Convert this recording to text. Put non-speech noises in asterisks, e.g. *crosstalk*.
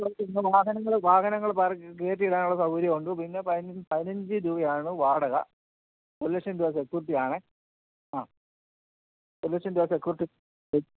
*unintelligible* വാഹനങ്ങൾ വാഹനങ്ങൾ കയറ്റിയിടാനുള്ള സൗകര്യം ഉണ്ട് പിന്നെ പതിനഞ്ച് രൂപയാണ് വാടക ഒരു ലക്ഷം രൂപ സെക്യൂർട്ടിയണെ ആ ഒരു ലക്ഷം രൂപ സെക്യൂരിട്ടി